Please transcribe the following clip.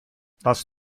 das